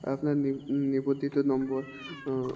আপনার নিবদ্ধিত নম্বর